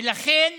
ולכן